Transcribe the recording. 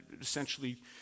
essentially